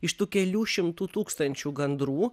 iš tų kelių šimtų tūkstančių gandrų